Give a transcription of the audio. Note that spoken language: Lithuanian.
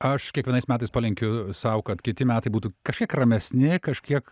aš kiekvienais metais palinkiu sau kad kiti metai būtų kažkiek ramesni kažkiek